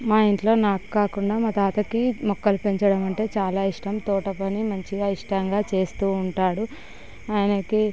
మా ఇంట్లో నాకు కాకుండా మా తాతకి మొక్కలు పెంచడమంటే చాలా ఇష్టం తోటపని మంచిగా ఇష్టంగా చేస్తూ ఉంటాడు ఆయనకి